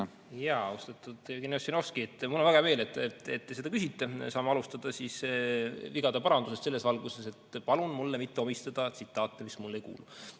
Austatud Jevgeni Ossinovski! Mul on väga hea meel, et te seda küsite. Saame alustada siis vigade parandusest selles valguses, et palun mulle mitte omistada tsitaate, mis mulle ei kuulu.